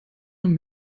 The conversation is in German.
von